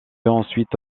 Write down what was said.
ensuite